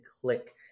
click